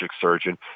surgeon